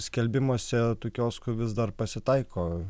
skelbimuose tų kioskų vis dar pasitaiko